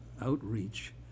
outreach